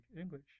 English